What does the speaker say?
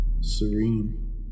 serene